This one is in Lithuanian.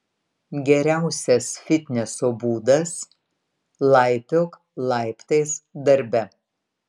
geriausias fitneso būdas laipiok laiptais darbe